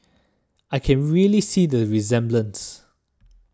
I can really see the resemblance